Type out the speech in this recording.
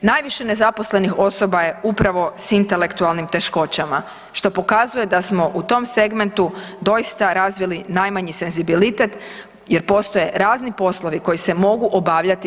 Najviše nezaposlenih osoba je upravo s intelektualnim teškoćama što pokazuje da smo u tom segmentu doista razvili najmanji senzibilitet jer postoje razni poslovi koji se mogu obavljati.